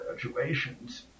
graduations